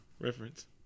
reference